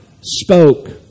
spoke